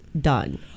done